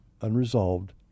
unresolved